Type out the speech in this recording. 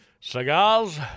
Cigars